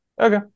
Okay